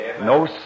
No